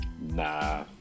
Nah